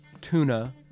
tuna